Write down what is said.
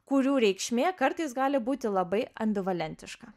kurių reikšmė kartais gali būti labai ambivalentiška